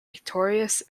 victorious